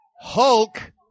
Hulk